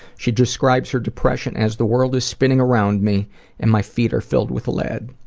she describes her depression as, the world is spinning around me and my feet are filled with lead.